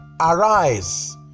Arise